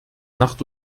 nacht